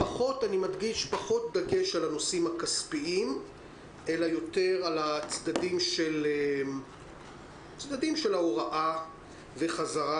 פחות דגש על הנושאים הכספיים ויותר על הצדדים של ההוראה והחזרה